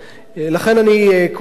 לכן אני קורא לכם,